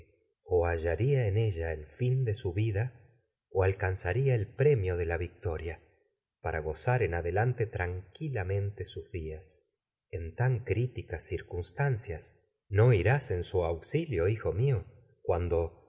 o hallaría en ella el fm de para su vida o alcanzaría el premio de la victoria gozaren adelante tranquilamente sus días en tan criticas cirtragedias de sófocles cunstancias no nos irás se en su auxilio hijo mío cuando